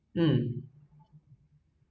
um